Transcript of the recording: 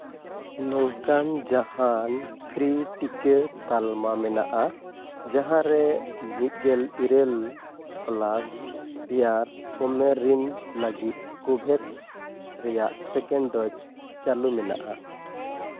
ᱱᱚᱝᱠᱟᱱ ᱡᱟᱦᱟᱱ ᱯᱷᱨᱤ ᱴᱤᱠᱟᱹ ᱛᱟᱞᱢᱟ ᱢᱮᱱᱟᱜᱼᱟ ᱡᱟᱦᱟᱸ ᱨᱮ ᱢᱤᱫ ᱜᱮᱞ ᱤᱨᱟᱹᱞ ᱯᱞᱟᱥ ᱩᱢᱮᱨ ᱨᱮᱱ ᱞᱟᱹᱜᱤᱫ ᱠᱳᱵᱷᱮᱠᱥ ᱨᱮᱭᱟᱜ ᱥᱮᱠᱮᱱᱰ ᱰᱚᱡᱽ ᱪᱟᱹᱞᱩ ᱢᱮᱱᱟᱜᱼᱟ